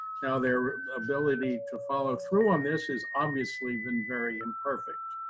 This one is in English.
now, their ability to follow through on this has obviously been very imperfect.